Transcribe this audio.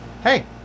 hey